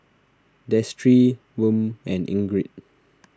Destry Wm and Ingrid